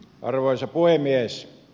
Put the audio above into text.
arvoisa puhemies